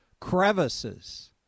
crevices